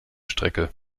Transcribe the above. strecke